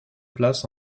place